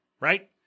right